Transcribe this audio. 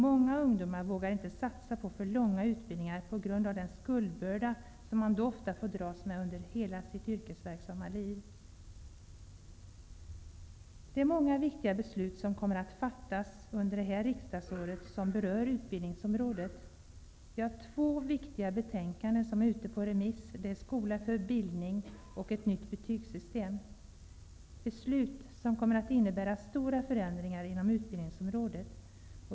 Många ungdomar vågar inte satsa på för långa utbildningar på grund av den skuldbörda som de då ofta får dras med hela sitt yrkesverksamma liv. Många viktiga beslut som berör utbildningsområdet kommer att fattas under det här riksdagsåret. Vi har två viktiga betänkanden ute på remiss -- ''Skola för bildning'' och ''Ett nytt betygssystem''. Besluten kommer att innebära stora förändringar inom utbildningsområdet.